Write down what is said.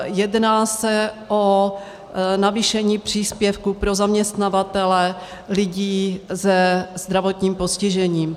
Jedná se o navýšení příspěvku pro zaměstnavatele lidí se zdravotním postižením.